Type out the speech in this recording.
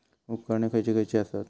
उपकरणे खैयची खैयची आसत?